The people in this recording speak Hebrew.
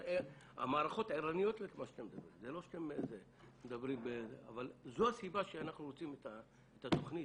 זו הסיבה שאנחנו רוצים את התוכנית.